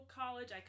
college